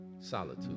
Solitude